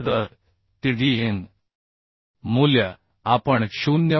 तर tdn मूल्य आपण 0